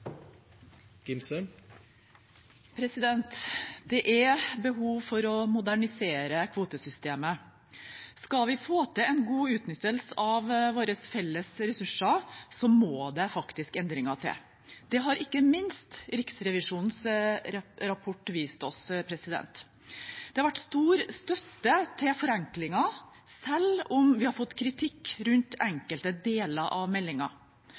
å modernisere kvotesystemet. Skal vi få til en god utnyttelse av våre felles ressurser, må det faktisk endringer til. Det har ikke minst Riksrevisjonens rapport vist oss. Det har vært stor støtte til forenklinger, selv om vi har fått kritikk i forbindelse med enkelte deler av